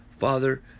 Father